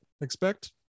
expect